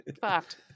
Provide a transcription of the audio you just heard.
fucked